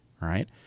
right